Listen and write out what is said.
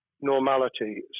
normality